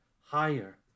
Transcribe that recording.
higher